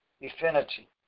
infinity